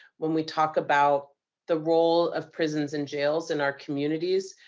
when we talk about the role of prisons and jails in our communities,